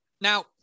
Now